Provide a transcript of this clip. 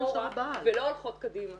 אנחנו הולכות אחורה ולא הולכות קדימה.